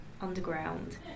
underground